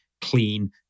clean